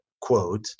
quote